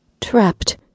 Trapped